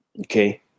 okay